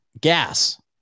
Gas